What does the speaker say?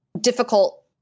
difficult